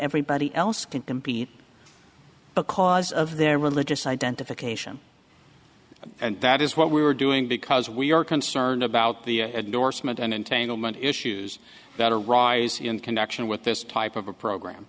everybody else can compete because of their religious identification and that is what we were doing because we are concerned about the ad norseman and entanglement issues that arise in connection with this type of a program